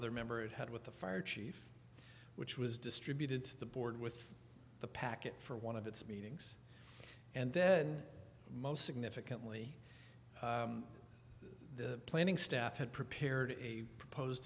other member of had with the fire chief which was distributed to the board with the packet for one of its meetings and then most significantly the planning staff had prepared a proposed